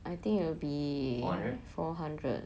I think will be four hundred